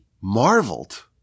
marveled